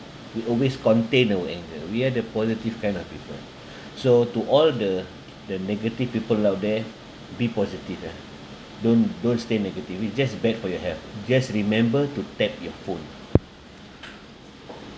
we always contain our anger we're the positive kind of people so to all the the negative people out there be positive ya don't don't stay negative it's just bad for your health just remember to tap your phone